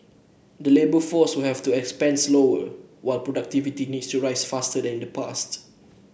the labour force will have to expand slower while productivity needs to rise faster than in the past